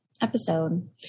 episode